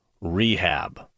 rehab